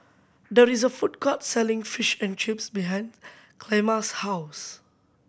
there is a food court selling Fish and Chips behind Clemma's house